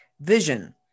vision